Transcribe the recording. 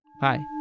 bye